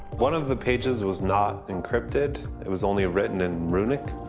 one of the pages was not encrypted. it was only written in runic,